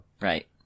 Right